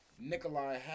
Nikolai